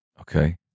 Okay